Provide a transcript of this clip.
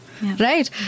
Right